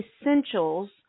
essentials